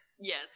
yes